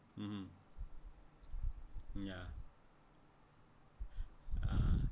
mmhmm ya (uh huh)